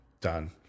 done